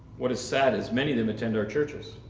what is sad is many of them attend our churches.